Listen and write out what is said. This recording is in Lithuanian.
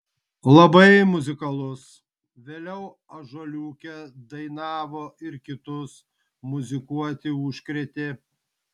labai muzikalus vėliau ąžuoliuke dainavo ir kitus muzikuoti užkrėtė